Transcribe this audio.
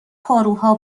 پاروها